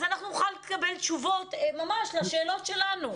אז אנחנו נוכל לקבל תשובות לשאלות שלנו.